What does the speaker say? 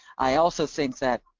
i also think that,